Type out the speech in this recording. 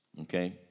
Okay